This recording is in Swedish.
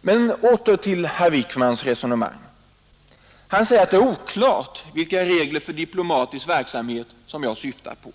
Men åter till herr Wickmans resonemang. Han säger att det är ”oklart” vilka regler för diplomatisk verksamhet som jag syftar på.